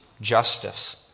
justice